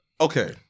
Okay